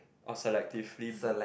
or selectively